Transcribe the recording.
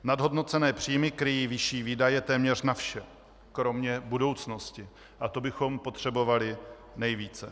Nadhodnocené příjmy kryjí vyšší výdaje téměř na vše kromě budoucnosti a to bychom potřebovali nejvíce.